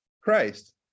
Christ